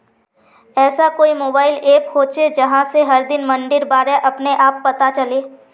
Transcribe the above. ऐसा कोई mobile app होचे जहा से हर दिन मंडीर बारे अपने आप पता चले?